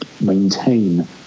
Maintain